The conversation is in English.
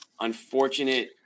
unfortunate